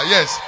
Yes